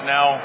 Now